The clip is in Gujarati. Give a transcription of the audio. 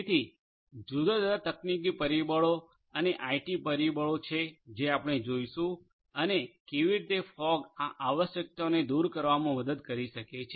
તેથી જુદા જુદા તકનીકીઓ પરિબળો અને આઇટી પરિબળો છે જે આપણે જોઈશું અને કેવી રીતે ફોગ આ આવશ્યકતાઓને દૂર કરવામાં મદદ કરી શકે છે